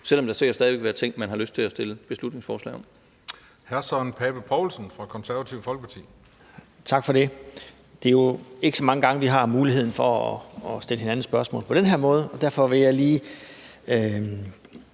der sikkert stadig vil være ting, man har lyst til at fremsætte beslutningsforslag om.